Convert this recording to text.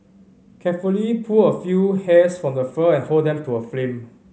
carefully pull a few hairs from the fur and hold them to a flame